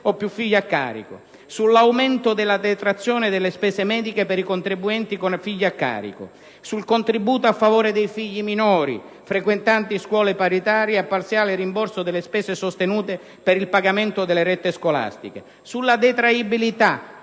o più figli a carico; sull'aumento della detrazione delle spese mediche per i contribuenti con figli a carico; sul contributo a favore dei figli minori frequentanti scuole paritarie a parziale rimborso delle spese sostenute per il pagamento delle rette scolastiche; sulla detraibilità